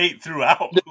throughout